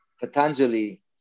Patanjali